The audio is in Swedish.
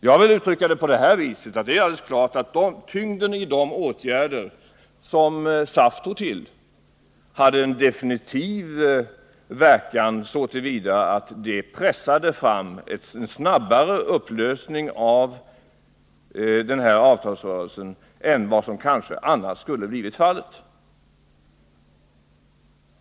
Jag vill uttrycka det så, att tyngden i de åtgärder som SAF tog till hade en definitiv verkan så till vida att en snabbare upplösning av avtalsrörelsen pressades fram än vad som annars hade blivit fallet.